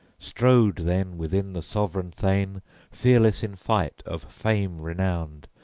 strode then within the sovran thane fearless in fight, of fame renowned,